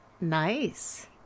Nice